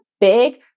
Big